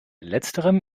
letzterem